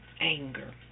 anger